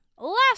last